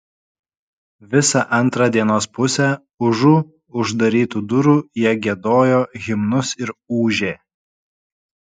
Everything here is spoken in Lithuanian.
visą antrą dienos pusę užu uždarytų durų jie giedojo himnus ir ūžė